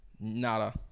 Nada